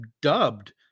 dubbed